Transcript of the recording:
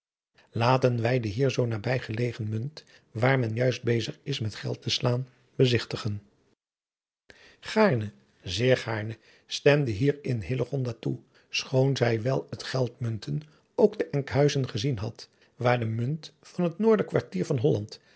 laten wij de hier zoo nabij gelegen munt waar men juist bezig is met geld te slaan bezigtigen gaarne zeer gaarne stemde hier in hillegonda toe schoon zij wel het geldmunten ook te enkhuizen gezien had waar de munt van het noorderkwartier van holland